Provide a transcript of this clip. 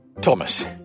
Thomas